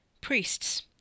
Priests